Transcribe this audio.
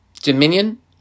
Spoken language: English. Dominion